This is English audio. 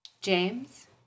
James